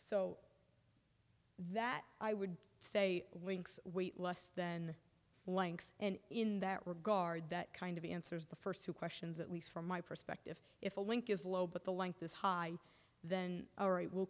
so that i would say winks wait less then length and in that regard that kind of answers the first two questions at least from my perspective if a link is low but the length this high then i'll write will